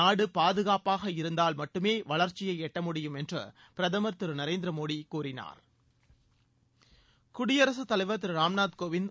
நாடு பாதுகாப்பாக இருந்தால் மட்டுமே வளர்ச்சியை எட்ட முடியும் என்று பிரதமர் திரு நரேந்திர மோடி கூறினார் குடியரசுத் தலைவர் திரு ராம் நாத் கோவிந்த்